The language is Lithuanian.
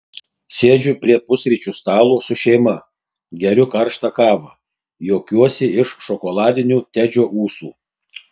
sėdžiu prie pusryčių stalo su šeima geriu karštą kavą juokiuosi iš šokoladinių tedžio ūsų